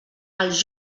els